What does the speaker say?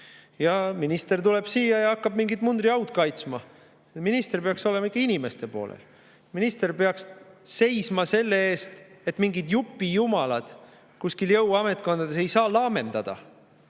minister tuleb siia ja hakkab mingit mundriau kaitsma. Minister peaks olema ikka inimeste poolel. Minister peaks seisma selle eest, et mingid jupijumalad kuskil jõuametkondades ei saa laamendada